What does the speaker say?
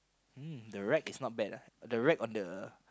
mm the rack is not bad ah the rack on the